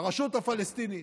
הרשות הפלסטינית?